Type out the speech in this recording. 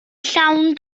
llawn